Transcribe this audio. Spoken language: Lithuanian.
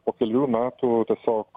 po kelių metų tiesiog